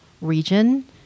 region